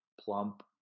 plump